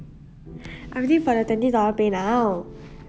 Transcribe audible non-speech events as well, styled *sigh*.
*breath* I waiting for the twenty dollar PayNow